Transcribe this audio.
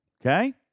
Okay